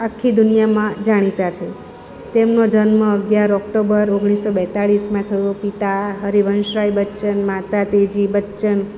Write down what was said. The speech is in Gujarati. આખી દુનિયામાં જાણીતા છે તેમનો જન્મ અગિયાર ઓક્ટોબર ઓગણીસસો બેતાળીસમાં થયો પિતા હરિવંશ રાય બચ્ચન માતા તેજી બચ્ચન